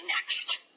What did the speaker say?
next